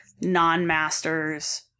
non-masters